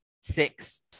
six